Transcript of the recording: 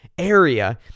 Area